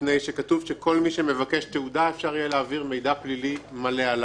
כתוב שעל כל מי שמבקש תעודה אפשר יהיה להעביר מידע פלילי מלא.